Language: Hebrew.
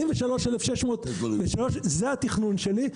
43,603 זה התכנון שלי,